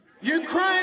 Ukraine